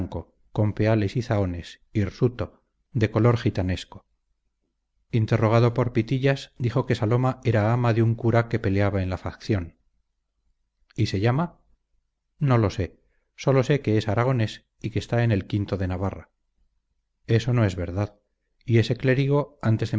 con peales y zahones hirsuto de color gitanesco interrogado por pitillas dijo que saloma era ama de un cura que peleaba en la facción y se llama no lo sé sólo sé que es aragonés y que está en el o de navarra eso no es verdad y ese clérigo